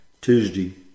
Tuesday